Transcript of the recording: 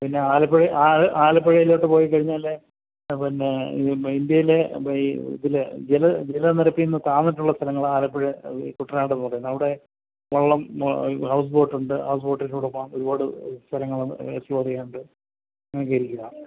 പിന്നേ ആലപ്പുഴയിൽ ആലപ്പുഴയിലോട്ട് പോയിക്കഴിഞ്ഞാൽ പിന്നേ ഇന്ത്യേയിലെ അപ്പം ഈ ഇതിലെ ജല ജല നിരപ്പിൽ നിന്ന് താഴ്ന്നിട്ടുള്ള സ്ഥലങ്ങളാണ് ആലപ്പുഴ കുട്ടനാടെന്ന് പറയുന്നത് അവിടെ വെള്ളം ഈ ഹൗസ് ബോട്ടുണ്ട് ഹൗസ് ബോട്ടിൻ്റെ ഉടമ ഒരുപാട് സ്ഥലങ്ങൾ എക്സ്പ്ലോർ ചെയ്യാനുണ്ട് അങ്ങനെ ഒക്കെ ഇരിക്കുന്നത് കാണാൻ